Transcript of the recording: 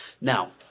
Now